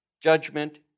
judgment